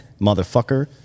motherfucker